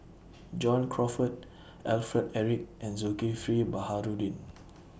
John Crawfurd Alfred Eric and Zulkifli Baharudin